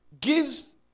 gives